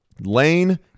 Lane